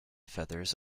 feathers